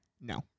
No